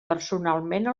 personalment